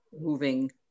moving